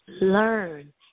learn